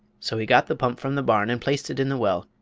so he got the pump from the barn and placed it in the well,